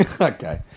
Okay